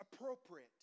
appropriate